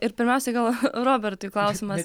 ir pirmiausiai gal robertui klausimas